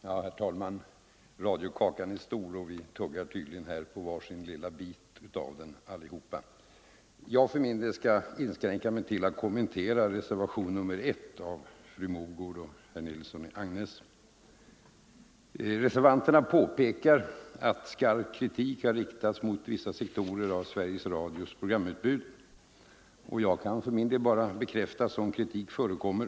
Herr talman! Radiokakan är stor, och vi tuggar tydligen här allesammans på var sin lilla bit av den. För min del skall jag inskränka mig till att kommentera reservationen 1 av herr Nilsson i Agnäs och fru Mogård. Reservanterna påpekar att skarp kritik har riktats mot vissa sektorer av Sveriges Radios programutbud, och jag kan bara bekräfta att sådan kritik förekommer.